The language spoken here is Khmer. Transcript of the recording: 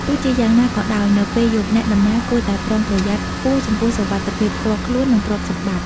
ទោះជាយ៉ាងណាក៏ដោយ នៅពេលយប់ អ្នកដំណើរគួរតែ ប្រុងប្រយ័ត្ន ខ្ពស់ចំពោះសុវត្ថិភាពផ្ទាល់ខ្លួន និងទ្រព្យសម្បត្តិ។